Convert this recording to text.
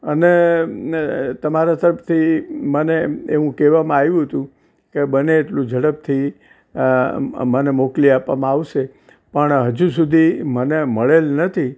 અને ને તમારા તરફથી મને એવું કહેવામાં આવ્યું હતું કે બને એટલું ઝડપથી મને મોકલી આપવામાં આવશે પણ હજુ સુધી મને મળેલ નથી